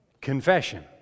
Confession